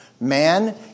Man